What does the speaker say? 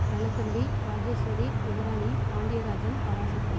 Nallathambi Rajeshwari Yuvarani Pandiyarajan Parasakthi